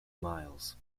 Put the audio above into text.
miles